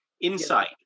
insight